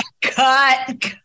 cut